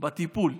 בטיפול.